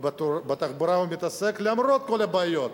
בתחבורה הוא מתעסק, למרות כל הבעיות,